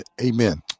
Amen